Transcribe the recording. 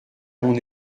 mon